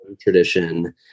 tradition